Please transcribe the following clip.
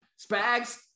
Spags